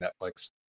Netflix